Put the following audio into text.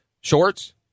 shorts